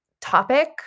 topic